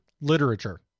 literature